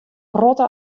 protte